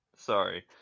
Sorry